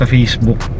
Facebook